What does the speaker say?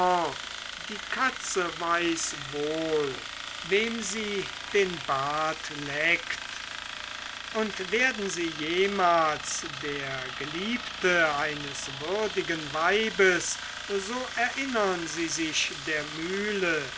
die katze weiß wohl wem sie den bart leckt und werden sie jemals der geliebte eines würdigen weibes so erinnern sie sich der mühle